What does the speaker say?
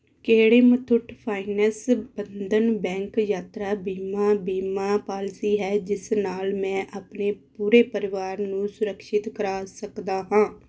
ਕਿਹੜੀ Muthoot finance Bandhan bank ਯਾਤਰਾ ਬੀਮਾ ਬੀਮਾ ਪਾਲਿਸੀ ਹੈ ਜਿਸ ਨਾਲ ਮੈਂ ਆਪਣੇ ਪੂਰੇ ਪਰਿਵਾਰ ਨੂੰ ਸੁਰਕਸ਼ਿਤ ਕਰਾ ਸਕਦਾ ਹਾਂ